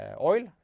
oil